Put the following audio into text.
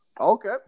Okay